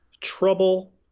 trouble